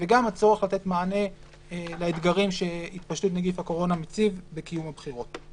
וגם הצורך לתת מענה לאתגרים שהתפשטות נגיף הקורונה מציב בקיום הבחירות.